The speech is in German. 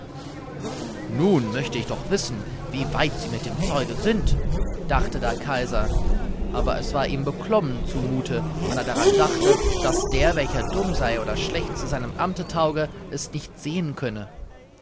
nun möchte ich doch wissen wie weit sie mit dem zeuge sind dachte der kaiser aber es war ihm beklommen zu mute wenn er daran dachte daß der welcher dumm sei oder schlecht zu seinem amte tauge es nicht sehen könne